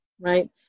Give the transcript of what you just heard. right